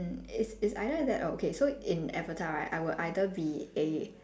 it's it's either that or okay so in avatar right I would either be a